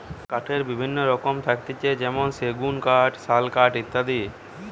কাঠের বিভিন্ন রকম থাকতিছে যেমনি সেগুন কাঠ, শাল কাঠ ইত্যাদি